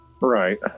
right